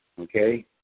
okay